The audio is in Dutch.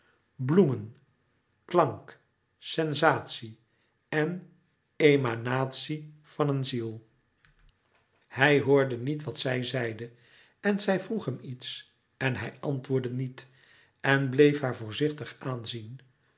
bloemen klank sensatie en emanatie van een ziel hij hoorde niet wat zij zeide en zij vroeg hem iets en hij antwoordde niet en bleef haar voorzichtig aanzien